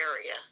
area